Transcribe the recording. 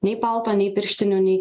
nei palto nei pirštinių nei